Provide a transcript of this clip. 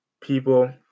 people